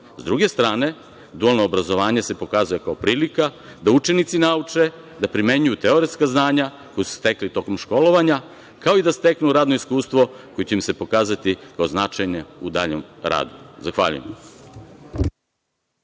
S druge strane, dualno obrazovanje se pokazuje kao prilika da učenici nauče da primenjuju teoretska znanja koja su stekli tokom školovanja, kao i da steknu radno iskustvo koje će im se pokazati kao značajno u daljem radu. Zahvaljujem.